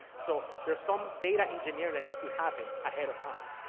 so there's some data engineering that needs to happen ahead of time.